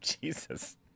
Jesus